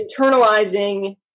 internalizing